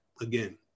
again